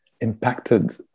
impacted